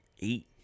eight